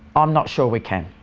i'm not sure we can.